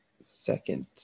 second